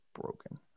broken